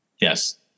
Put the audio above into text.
Yes